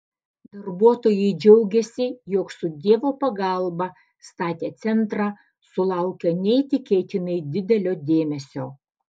darbuotojai džiaugėsi jog su dievo pagalba statę centrą sulaukia neįtikėtinai didelio dėmesio